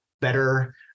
better